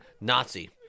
Nazi